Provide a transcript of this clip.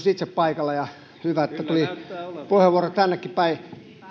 itse paikalla ja hyvä että tuli puheenvuoro tännekin päin